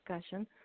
discussion